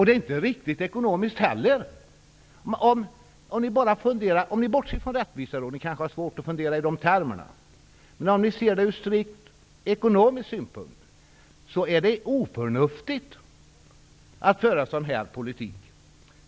Det är inte riktigt i ekonomiskt avseende heller. Bortse från rättvisa -- ni har kanske svårt att fundera i de termerna -- och se det hela från strikt ekonomisk synpunkt. Det är oförnuftigt att föra en sådan politik.